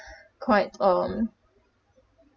quite um